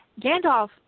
Gandalf